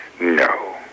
No